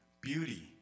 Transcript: beauty